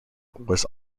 was